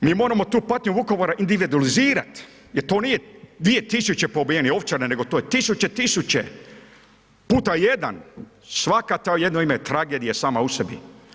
Mi moramo tu patnju Vukovara individualizirat jer to nije 2000 poubijanih, Ovčara, nego to je tisuće, tisuće puta jedan, svaka ta jedno ime je tragedija sama u sebi.